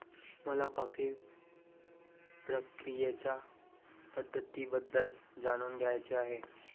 मला कॉफी प्रक्रियेच्या पद्धतींबद्दल जाणून घ्यायचे आहे